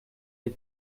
les